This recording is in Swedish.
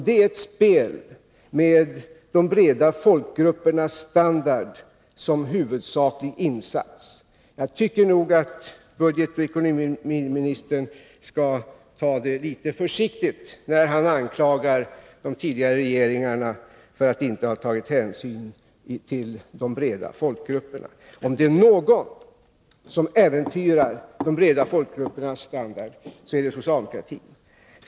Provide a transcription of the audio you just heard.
Det är ett spel med de breda folkgruppernas standard som huvudsaklig insats. Jag tycker nog att ekonomioch budgetministern skall ta det litet försiktigt, när han anklagar de tidigare regeringarna för att inte ha tagit hänsyn till de breda folkgrupperna. Om det är någon som äventyrar de breda folkgruppernas standard, så är det socialdemokratin med dess nya ekonomiska politik.